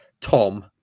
Tom